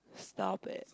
stop it